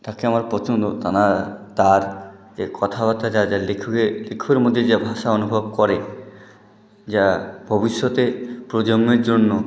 তাকে আমার পছন্দ তেনার তার এ কথাবার্তা যা যা লেখয়ে লেখার মধ্যে যে ভাষা অনুভব করে যা ভবিষ্যতে প্রজন্মের জন্য